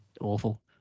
awful